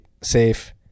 safe